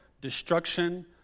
destruction